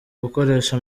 gukoresha